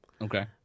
Okay